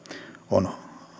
on